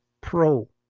pro